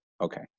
Okay